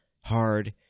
hard